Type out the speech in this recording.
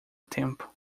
tempo